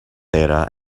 data